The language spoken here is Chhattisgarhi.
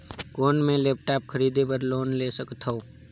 कौन मैं लेपटॉप खरीदे बर लोन ले सकथव?